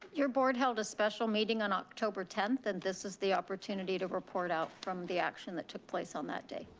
your board held a special meeting on october tenth, and this is the opportunity to report out from the action that took place on that day.